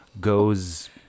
goes